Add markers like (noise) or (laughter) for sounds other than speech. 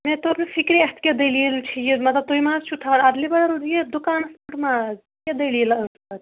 مےٚ توٚر نہٕ فکرے اَتھ کیاہ دلیٖل چھِ یہِ مطلب تۄہہِ ما حظ چھُو تھاوان ادلہِ بَدل یہِ دُکانس پٮ۪ٹھ ماز یہِ کیاہ دلیٖلَہ ٲسۍ (unintelligible)